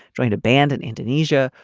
joined a band in indonesia,